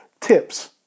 tips